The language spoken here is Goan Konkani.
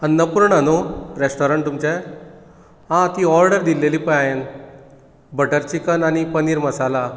अनपुर्णा न्हूं रेस्टॉरंट तुमचें हां ती ऑर्डर दिलेली पळय हांवें बटर चिकन आनी पनीर मसाला